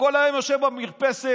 שכל היום יושב במרפסת,